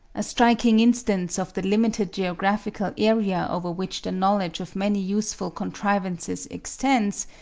a striking instance of the limited geographical area over which the knowledge of many useful contrivances extends,